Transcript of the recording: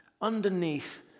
underneath